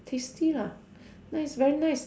tasty lah nice very nice